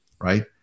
right